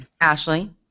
Ashley